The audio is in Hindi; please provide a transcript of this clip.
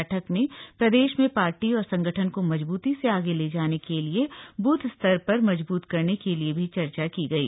बैठक में प्रदेश पार्टी और संगठन को मजबूती से आगे ले जाने के लिए बूथ स्तर पर मजबूत करने के लिए भी चर्चा की गयी